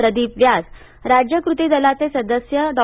प्रदिप व्यास राज्य कृतीदलाचे सदस्य डॉ